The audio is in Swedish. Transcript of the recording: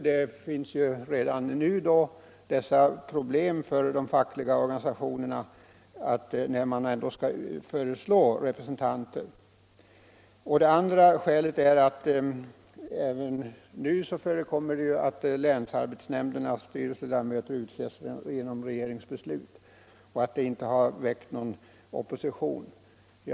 Detta problem finns ju redan nu för de fackliga organisationerna, när de skall föreslå representanter. Det andra skälet är att det även nu förekommer att länsarbetsnämndernas styrelseledamöter utses genom regeringsbeslut och att detta inte har väckt någon opposition.